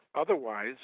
Otherwise